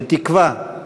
לתקווה,